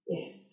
Yes